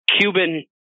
Cuban